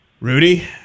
Rudy